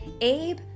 Abe